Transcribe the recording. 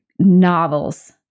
novels